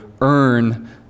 earn